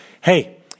hey